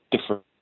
different